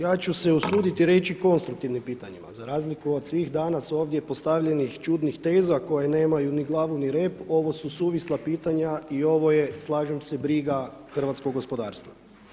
Ja ću se usuditi i reći konstruktivnim pitanjima, za razliku od svih danas ovdje postavljenih čudnih teza koje nemaju ni glavu ni rep ovo su suvisla pitanja i ovo je slažem se briga hrvatskog gospodarstva.